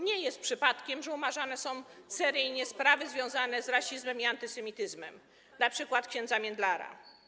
Nie jest przypadkiem, że umarzane są seryjnie sprawy związane z rasizmem i antysemityzmem, np. sprawa ks. Międlara.